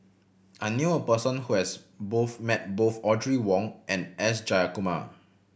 I knew a person who has both met both Audrey Wong and S Jayakumar